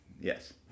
Yes